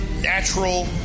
natural